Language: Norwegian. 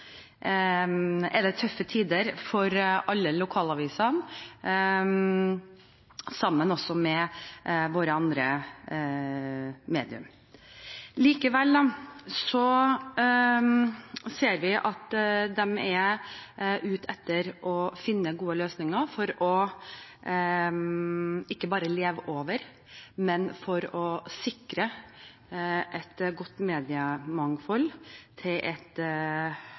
det er tøffe tider for alle lokalavisene, sammen med våre andre medium. Likevel ser vi at de er ute etter å finne gode løsninger for ikke bare å overleve, men for å sikre et godt mediemangfold til et